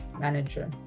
manager